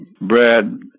Brad